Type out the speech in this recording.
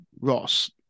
Ross